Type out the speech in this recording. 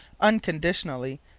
unconditionally